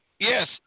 Yes